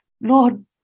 Lord